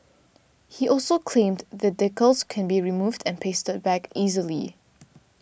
he also claimed the decals can be removed and pasted back easily